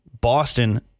Boston